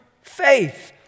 faith